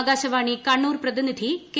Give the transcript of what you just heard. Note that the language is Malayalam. ആകാശവാണി കണ്ണൂർ പ്രതിനിധി കെ